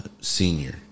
senior